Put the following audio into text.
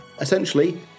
Essentially